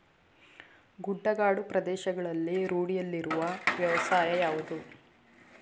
ಗುಡ್ಡಗಾಡು ಪ್ರದೇಶಗಳಲ್ಲಿ ರೂಢಿಯಲ್ಲಿರುವ ವ್ಯವಸಾಯ ಯಾವುದು?